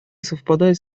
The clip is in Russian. совпадает